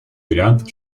вариант